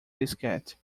diskette